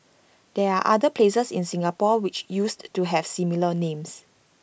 there are other places in Singapore which used to have similar names